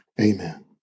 Amen